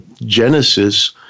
Genesis